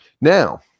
Now